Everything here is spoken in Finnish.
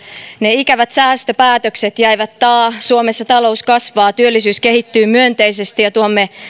ne ikävät säästöpäätökset jäivät taa suomessa talous kasvaa työllisyys kehittyy myönteisesti ja tuomme